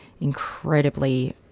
incredibly